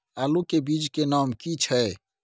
आलू के बीज के नाम की छै?